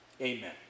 Amen